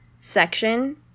section